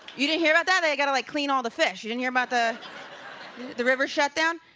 you didn't hear about that? they got alike, clean all the fish? you didn't hear about the the river shutdown?